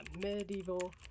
medieval